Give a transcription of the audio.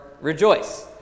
rejoice